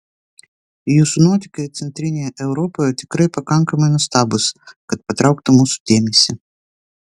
jūsų nuotykiai centrinėje europoje tikrai pakankamai nuostabūs kad patrauktų mūsų dėmesį